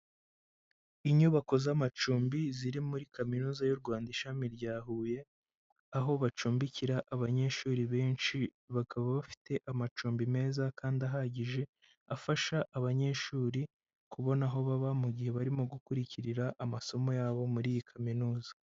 Inyubako z'amacumbi, ziri muri kaminuza y'u Rwanda ishami rya Huye, aho bacumbikira abanyeshuri benshi, bakaba bafite amacumbi meza kandi ahagije, afasha abanyeshuri kubona aho baba, mu gihe barimo gukurikira amasomo yabo muri iyi kaminuza.